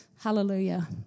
Hallelujah